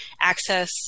access